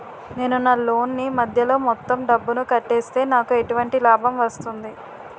నేను నా లోన్ నీ మధ్యలో మొత్తం డబ్బును కట్టేస్తే నాకు ఎటువంటి లాభం వస్తుంది?